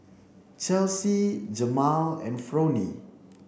Chelsy Jemal and Fronie